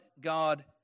God